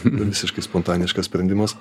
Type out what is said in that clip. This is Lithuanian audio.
visiškai spontaniškas sprendimas